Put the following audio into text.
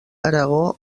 aragó